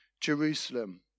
Jerusalem